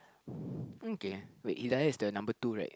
mm K wait Hidayah is the number two right